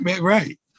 Right